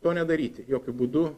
to nedaryti jokiu būdu